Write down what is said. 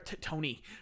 Tony